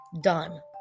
done